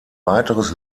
weiteres